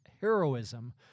heroism